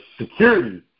security